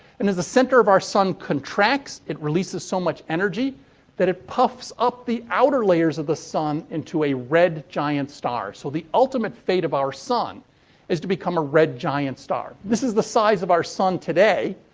and, as the center of our sun contracts, it releases so much energy that it puffs up the outer layers of the sun into a red giant star. so, the ultimate fate of our sun is to become a red giant star. this is the size of our sun today.